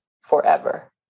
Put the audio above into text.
forever